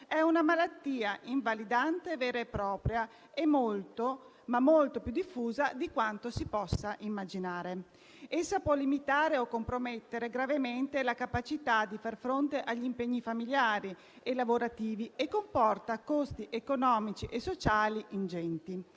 è una malattia invalidante vera e propria ed è molto più diffusa di quanto si possa immaginare. Essa può limitare o compromettere gravemente la capacità di far fronte agli impegni familiari e lavorativi e comporta costi economici e sociali ingenti.